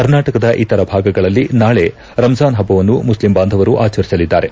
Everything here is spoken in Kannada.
ಕರ್ನಾಟಕದ ಇತರ ಭಾಗಗಳಲ್ಲಿ ನಾಳೆ ರಂಜ಼ಾನ್ ಹಬ್ಬವನ್ನು ಮುಸ್ಲಿಂ ಬಾಂಧವರು ಆಚರಿಸಲಿದ್ದಾರೆ